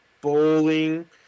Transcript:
Bowling